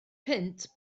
punt